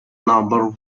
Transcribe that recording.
numbers